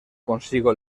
consigo